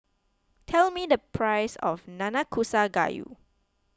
tell me the price of Nanakusa Gayu